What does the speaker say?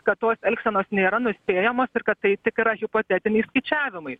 kad tos elgsenos nėra nuspėjamos ir kad tai tik yra hipotetiniai skaičiavimai